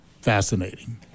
fascinating